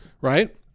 right